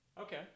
Okay